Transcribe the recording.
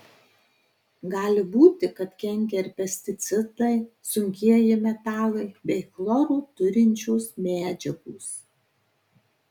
gali būti kad kenkia ir pesticidai sunkieji metalai bei chloro turinčios medžiagos